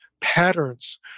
patterns